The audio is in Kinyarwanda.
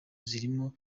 zirimo